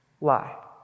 Lie